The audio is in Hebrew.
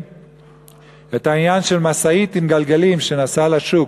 הוא העניין של משאית עם גלגלים שנסעה לשוק,